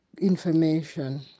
information